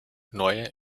neue